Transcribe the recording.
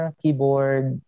keyboard